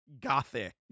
gothic